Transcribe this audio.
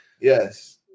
Yes